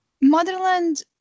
motherland